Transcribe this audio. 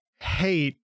hate